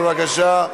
בבקשה.